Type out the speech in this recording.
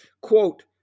Quote